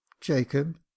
Jacob